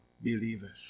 believers